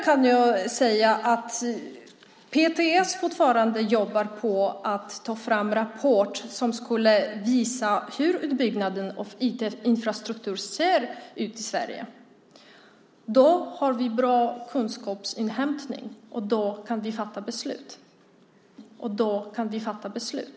PTS jobbar fortfarande på att ta fram en rapport som ska visa hur utbyggnaden av IT-infrastrukturen ser ut i Sverige. Vi har bra kunskapsinhämtning, och när rapporten är klar kan vi fatta beslut.